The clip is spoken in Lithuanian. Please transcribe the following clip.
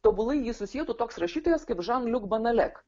tobulai jį susietų toks rašytojas kaip žan liuk banalek